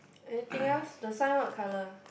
anything else the sign what color